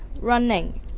running